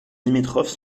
limitrophes